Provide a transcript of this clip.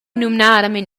numnadamein